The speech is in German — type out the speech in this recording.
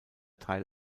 teil